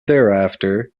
thereafter